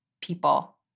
people